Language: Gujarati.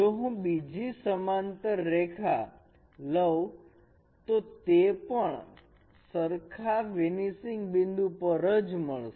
જો હું બીજી સમાંતર રેખા લવ તો તે પણ સરખા વેનિસિંગ બિંદુ પર જ મળશે